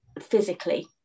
physically